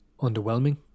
underwhelming